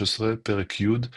2013, פרק י – פשע,